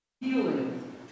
Healing